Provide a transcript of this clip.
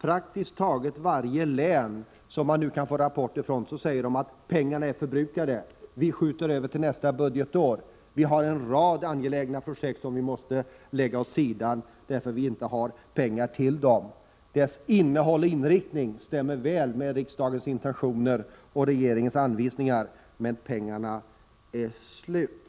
Praktiskt taget varje län som man kan få rapporter från säger: Pengarna är förbrukade. Vi skjuter över projekt till nästa budgetår. Vi har en rad angelägna projekt som vi måste lägga åt sidan därför att vi inte har pengar till dem. Deras innehåll och inriktning stämmer väl med riksdagens intentioner och regeringens anvisningar, men pengarna är slut.